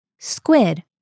Squid